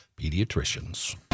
pediatricians